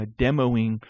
demoing